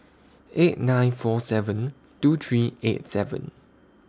eight nine four seven two three eight seven